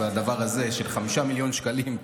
והדבר הזה של 5 מיליון שקלים,